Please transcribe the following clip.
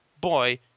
boy